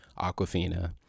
Aquafina